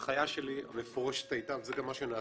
ההנחיה המפורשת שלי הייתה וזה גם מה שנעשה,